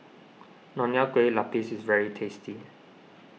Nonya Kueh Lapis is very tasty